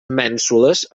mènsules